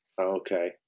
okay